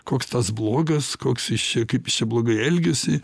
koks tas blogas koks jis čia kaip jis čia blogai elgiasi